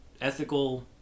ethical